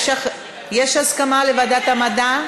יש הסכמה לוועדת המדע?